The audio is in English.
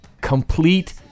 complete